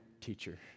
teacher